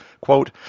quote